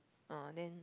uh then